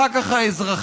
אחר כך האזרחים,